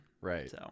Right